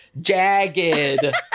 jagged